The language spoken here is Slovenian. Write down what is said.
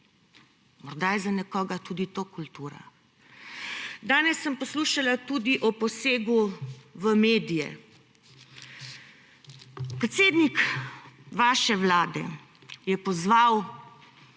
Morda je za nekoga tudi to kultura. Danes sem poslušala tudi o posegu v medije. Predsednik vaše vlade je pozval